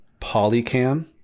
Polycam